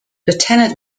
lieutenant